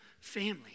family